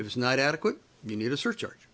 is not adequate you need a surcharge